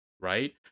right